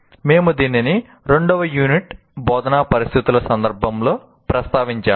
మేము దీనిని రెండవ యూనిట్ బోధనా పరిస్థితుల సందర్భంలో ప్రస్తావించాము